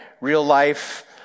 real-life